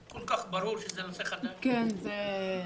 כל כך ברור שזה נושא חדש, זה ברור.